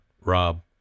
Rob